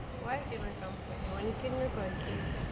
why he want complain உனக்கென்ன கொறச்சல்:unakkenna korachal